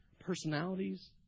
personalities